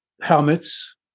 helmets